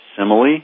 simile